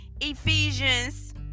Ephesians